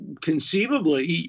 conceivably